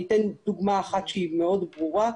אני אתן דוגמה אחת שהיא מאוד ברורה.